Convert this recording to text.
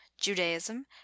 judaism